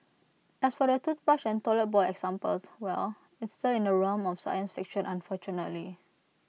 as for the toothbrush and toilet bowl examples well it's still in the realm of science fiction unfortunately